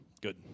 good